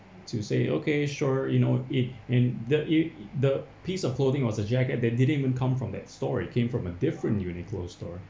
to say okay sure you know it in the e~ the piece of clothing was a jacket that didn't even come from that store it came from a different uniqlo store